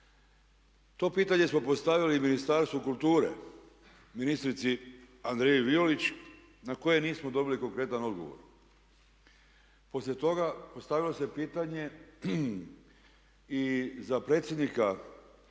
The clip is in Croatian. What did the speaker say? To pitanje smo postavili i Ministarstvu kulture, ministrici Andrei Violić na nije koje nismo dobili konkretan odgovor. Poslije toga postavilo se pitanje i za predsjednika upravnog